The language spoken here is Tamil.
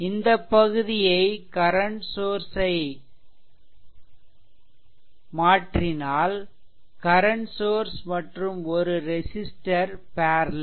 இந்த பகுதியை கரன்ட் சோர்ஸ் ஐ மாற்றினால் கரன்ட் சோர்ஸ் மற்றும் ஒரு ரெசிஸ்ட்டர் பேர்லெல்